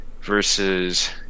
versus